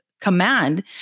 command